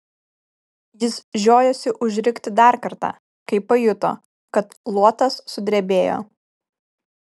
jis žiojosi užrikti dar kartą kai pajuto kad luotas sudrebėjo